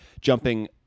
jumping